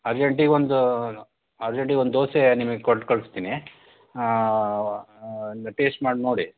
ಅರ್ಜೆಂಟಿಗೊಂದು ಅರ್ಜೆಂಟಿಗೊಂದು ದೋಸೆ ನಿಮಗೆ ಕೊಟ್ಟು ಕಳಿಸ್ತೀನಿ ಒಂದು ಟೇಸ್ಟ್ ಮಾಡಿ ನೋಡಿ